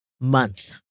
month